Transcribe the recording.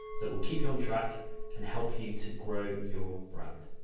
that will keep you on track and help you to grow your brand.